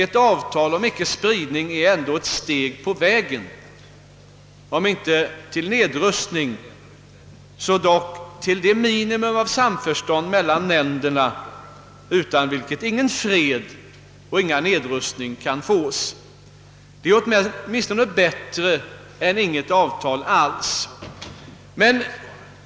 Ett avtal om icke-spridning är ändå ett steg på vägen, om inte till nedrustning så dock till det minimum av samförstånd mellan länderna, utan vilket ingen fred och ingen nedrustning kan fås. Det är bättre än inget avtal alls.